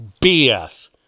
bs